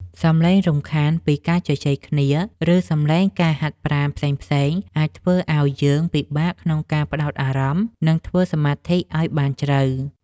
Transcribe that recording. សំឡេងរំខានពីការជជែកគ្នា ឬសំឡេងការហាត់ប្រាណផ្សេងៗ អាចធ្វើឱ្យយើងពិបាកក្នុងការផ្ដោតអារម្មណ៍ និងធ្វើសមាធិឱ្យបានជ្រៅ។